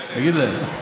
תגיד להם.